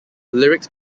lyrics